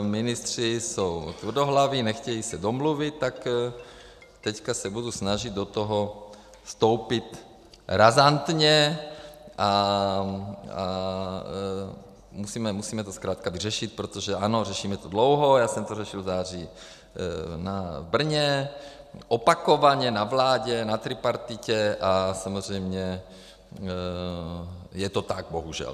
Ministři jsou tvrdohlaví, nechtějí se domluvit, tak teď se budu snažit do toho vstoupit razantně a musíme to zkrátka vyřešit, protože ano, řešíme to dlouho, já jsem to řešil v září v Brně, opakovaně na vládě, na tripartitě, a samozřejmě je to tak, bohužel.